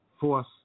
force